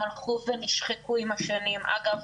הם הלכו ונשחקו עם השנים אגב,